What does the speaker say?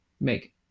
make